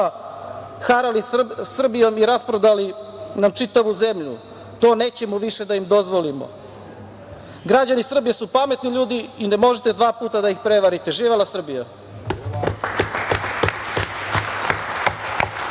harali Srbijom i rasprodali nam čitavu zemlju. To nećemo više da im dozvolimo. Građani Srbije su pametni ljudi i ne možete dva puta da ih prevarite. Živela Srbija.